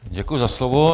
Děkuji za slovo.